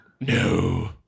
No